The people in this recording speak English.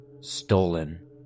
Stolen